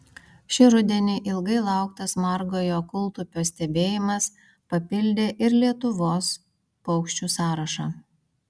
šį rudenį ilgai lauktas margojo kūltupio stebėjimas papildė ir lietuvos paukščių sąrašą